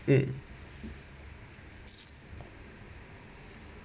mm